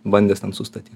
bandęs ten sustatyt